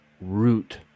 root –